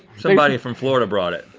somebody from florida brought it.